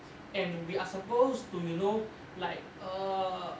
and we are supposed to you know like err